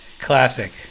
Classic